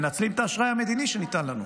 מנצלים את האשראי המדיני שניתן לנו.